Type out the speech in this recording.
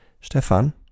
Stefan